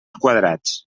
quadrats